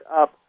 up